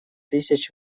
тысяч